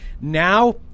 Now